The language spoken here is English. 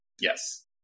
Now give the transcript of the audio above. Yes